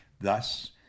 Thus